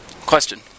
Question